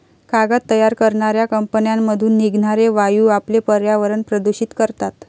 कागद तयार करणाऱ्या कंपन्यांमधून निघणारे वायू आपले पर्यावरण प्रदूषित करतात